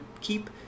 keep